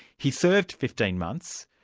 he served fifteen months,